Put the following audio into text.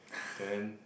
then